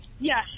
Yes